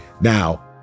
Now